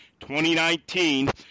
2019